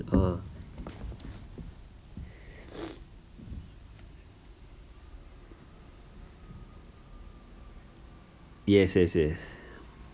ah yes yes yes